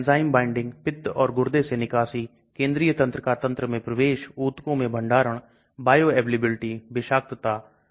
Thermodynamics घुलनशीलता घुलनशील और अघुलनशील के बीच में संतुलन पहुंचना है जबकि Kinetics मैं यह घुलनशील अवस्था में है